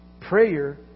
Prayer